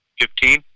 Fifteen